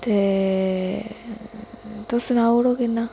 ते तुस सनाउड़ो किन्ना